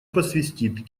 посвистит